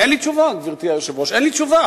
אין לי תשובה, גברתי היושבת-ראש, אין לי תשובה.